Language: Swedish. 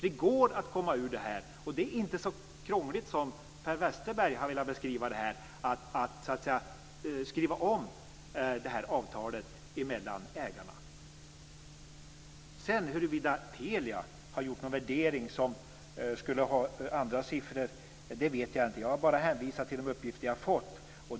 Det går att komma ur detta. Det är inte så krångligt som Per Westerberg har beskrivit det att skriva om avtalet mellan ägarna. Jag vet inte om Telia har gjort någon värdering som skulle ha andra siffror. Jag har bara hänvisat till det uppgifter jag har fått.